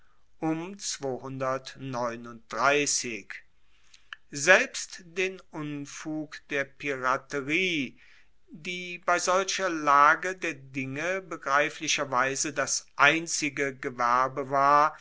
selbst den unfug der piraterie die bei solcher lage der dinge begreiflicherweise das einzige gewerbe war